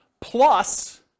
plus